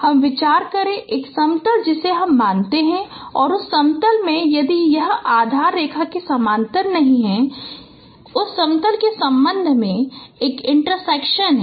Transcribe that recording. हम विचार करें एक समतल जिसे हम मानते हैं और उस समतल में यदि यह आधार रेखा के समानांतर नहीं है उस समतल के संबंध में एक इन्टरसेक्शन है